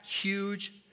huge